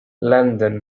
landen